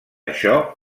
això